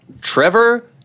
Trevor